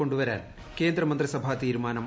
കൊണ്ടുവരാൻ കേന്ദ്രമത്ത്രിസ്ടാ തീരുമാനം